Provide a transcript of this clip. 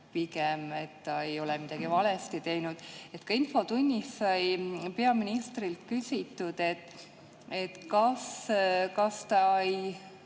arvab], et ta ei ole midagi valesti teinud. Ka infotunnis sai peaministrilt küsitud, kas ta